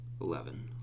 eleven